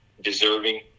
deserving